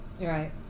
Right